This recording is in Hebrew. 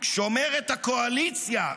שומרת הקואליציה,